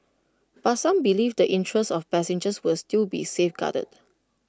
but some believe the interests of passengers will still be safeguarded